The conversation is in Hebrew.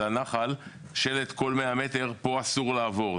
הנחל שלט בכל 100 מטרים: פה אסור לעבור.